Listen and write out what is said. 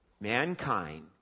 mankind